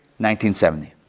1970